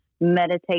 meditate